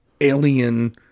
alien